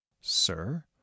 sir